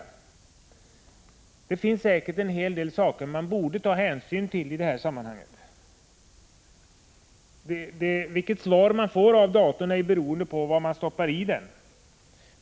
Men det finns säkert en hel del förhållanden som man borde ta hänsyn till i det här sammanhanget. Vilket svar man får av datorn är ju beroende på vad man matar in i den.